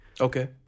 Okay